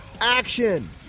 action